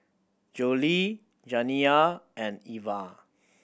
Jolie Janiya and Eva